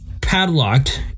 padlocked